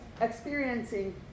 experiencing